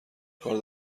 کار